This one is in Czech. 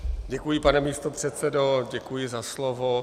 Děkuji, pane místopředsedo, děkuji za slovo.